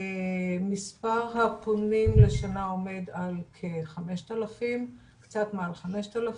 מספר הפונים לשנה עומד על קצת מעל 5,000,